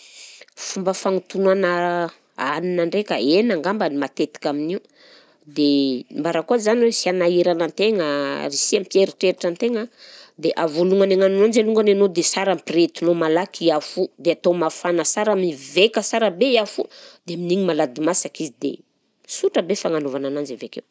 Fomba fanatonoana hanina ndraika hena angamba no matetika amin'io dia mbara koa zany hoe sy hanahirana an-tegna, sy hampieritreritra an-tegna, dia a voalohany hagnano anjy alongany agnao dia sara ampirehetinao malaky afo, dia atao mafana sara, miveka sara be afo dia amin'iny malady masaka izy dia sotra be fagnanovana ananjy avy akeo